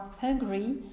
hungry